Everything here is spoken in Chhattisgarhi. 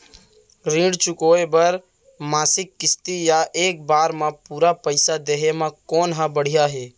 ऋण चुकोय बर मासिक किस्ती या एक बार म पूरा पइसा देहे म कोन ह बढ़िया हे?